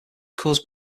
caused